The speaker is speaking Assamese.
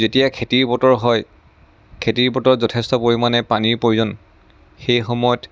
যেতিয়া খেতিৰ বতৰ হয় খেতিৰ বতৰত যথেষ্ট পৰিমাণে পানীৰ প্ৰয়োজন সেই সময়ত